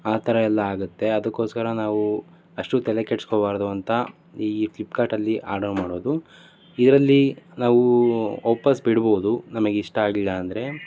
ಆ ಥರ ಎಲ್ಲ ಆಗುತ್ತೆ ಅದಕ್ಕೋಸ್ಕರ ನಾವು ಅಷ್ಟು ತಲೆ ಕೆಡಿಸ್ಕೋಬಾರ್ದು ಅಂತ ಈ ಫ್ಲಿಪ್ಕಾರ್ಟಲ್ಲಿ ಆರ್ಡರ್ ಮಾಡೋದು ಇದರಲ್ಲಿ ನಾವು ವಾಪಸ್ಸು ಬಿಡ್ಬೋದು ನಮಗ್ ಇಷ್ಟ ಆಗಲಿಲ್ಲ ಅಂದರೆ